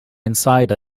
inside